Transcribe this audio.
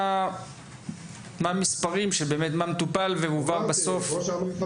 מה מספרם של הדברים שבאמת מטופלים ומובאים בסוף?